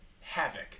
havoc